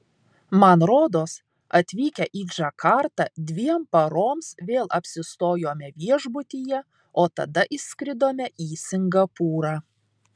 man rodos atvykę į džakartą dviem paroms vėl apsistojome viešbutyje o tada išskridome į singapūrą